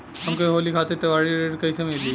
हमके होली खातिर त्योहारी ऋण कइसे मीली?